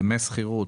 דמי שכירות,